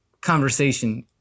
conversation